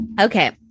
Okay